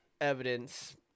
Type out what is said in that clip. evidence